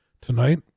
tonight